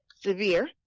severe